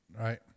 right